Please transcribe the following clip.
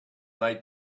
they